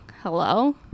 Hello